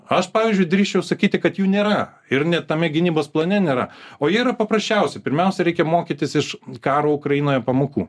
aš pavyzdžiui drįsčiau sakyti kad jų nėra ir net tame gynybos plane nėra o yra paprasčiausi pirmiausia reikia mokytis iš karo ukrainoje pamokų